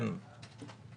כן,